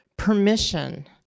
permission